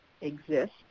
exist